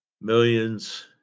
millions